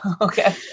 Okay